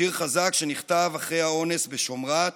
שיר חזק שנכתב אחרי האונס בשמרת,